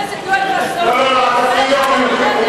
לא קיימתם, חבר הכנסת יואל חסון, הצבעתם נגד.